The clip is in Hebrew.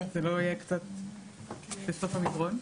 זה לא יהיה קצת בסוף המדרון?